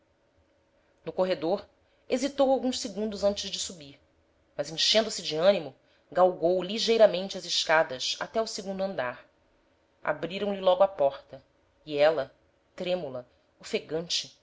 no corredor hesitou alguns segundos antes de subir mas enchendo se de ânimo galgou ligeiramente as escadas até o segundo andar abriram lhe logo a porta e ela trêmula ofegante